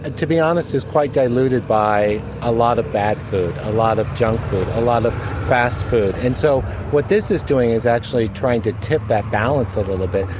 to be honest is quite diluted by a lot of bad food, a lot of junk food, a lot of fast food, and so what this is doing is actually trying to tip that balance a little bit,